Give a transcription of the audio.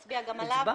הצבעתי.